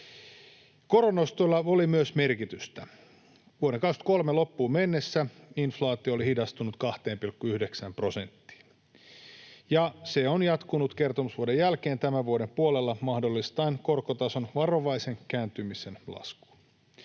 Koronnostolla oli myös merkitystä. Vuoden 23 loppuun mennessä inflaatio oli hidastunut 2,9 prosenttiin, ja se on jatkunut kertomusvuoden jälkeen tämän vuoden puolella mahdollistaen korkotason varovaisen kääntymisen laskuun.